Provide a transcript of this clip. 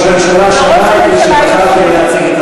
ראש הממשלה שמע את מי שבחרתם להציג את הנושא.